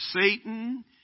Satan